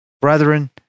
Brethren